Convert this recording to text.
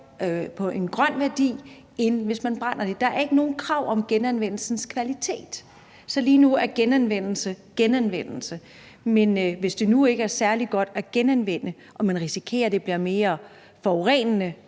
til grøn værdi, end hvis man brænder det af? Der er ikke nogen krav om genanvendelsens kvalitet, så lige nu er genanvendelse bare genanvendelse, men hvis det nu ikke er særlig godt at genanvende, og man risikerer, at det bliver mere forurenende,